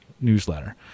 newsletter